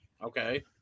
Okay